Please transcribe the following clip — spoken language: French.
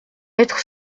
être